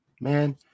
Man